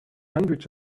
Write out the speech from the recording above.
hundreds